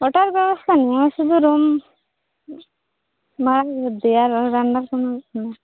ওটার ব্যবস্থা দেওয়ার